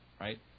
right